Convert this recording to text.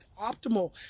optimal